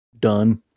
done